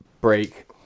break